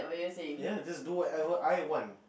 ya just do whatever I want